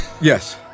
Yes